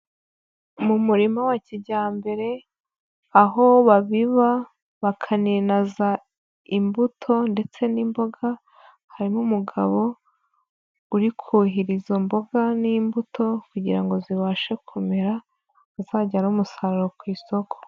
Mu murima wa kijyambere aho babiba bakaninaza imbuto ndetse n'imboga, harimo umugabo uri kuhira izo mboga n'imbuto kugira ngo zibashe kumera, azajyane umusaruro ku isoko.